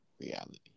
reality